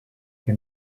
que